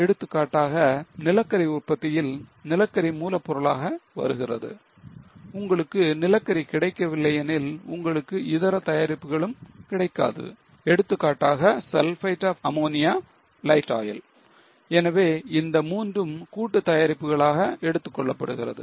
எடுத்துக்காட்டாக நிலக்கரி உற்பத்தியில் நிலக்கரி மூலப் பொருளாக வருகிறது உங்களுக்கு நிலக்கரி கிடைக்கவில்லை எனில் உங்களுக்கு இதர தயாரிப்புகளும் கிடைக்காது எடுத்துக்காட்டாக sulfate of ammonia light oil எனவே இந்த மூன்றும் கூட்டுத் தயாரிப்புகளாக எடுத்துக்கொள்ளப்படுகிறது